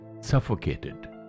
suffocated